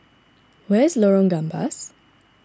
where is Lorong Gambas